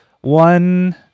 one